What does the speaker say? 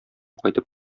кайтып